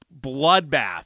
bloodbath